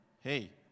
hey